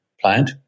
plant